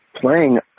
playing